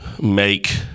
make